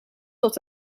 tot